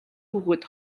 хүүхэд